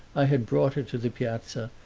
i had brought her to the piazza,